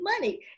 money